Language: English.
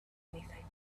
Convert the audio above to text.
anything